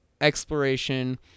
exploration